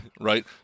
right